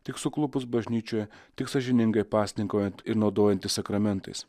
tik suklupus bažnyčioje tik sąžiningai pasninkaujant ir naudojantis sakramentais